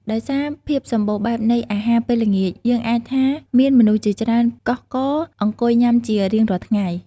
ដោយសារភាពសម្បូរបែបនៃអាហារពេលល្ងាច យើងឃើញថាមានមនុស្សជាច្រើនកុះករអង្គុយញុាំជារៀងរាល់ថ្ងៃ។